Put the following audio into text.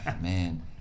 Man